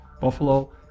Buffalo